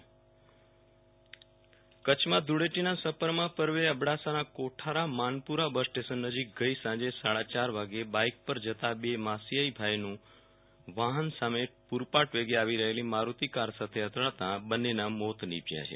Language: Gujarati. વિરલ રાણા અકસ્માત કચ્છમાં ધુળેટીના સપરમાં પર્વ અબડાસાના કોઠારા માનપુરા બસસ્ટેન્ડ નજીક ગઈ સાંજે સાડા ચાર વાગ્યે બાઈક પર જતા બે માસીયાઈ ભાઈનું વાહન સાથે પૂરપાટ વેગે આવી રહેલી મારૂતિ કાર સાથે અથડાતા બન્નેના મોત નીપજ્યા છે